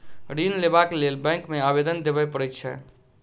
ऋण लेबाक लेल बैंक मे आवेदन देबय पड़ैत छै